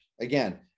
Again